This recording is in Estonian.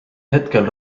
hetkel